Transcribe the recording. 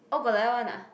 oh got like that one ah